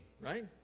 right